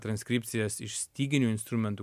transkripcijas iš styginių instrumentų